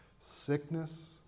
Sickness